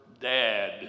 dad